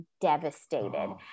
devastated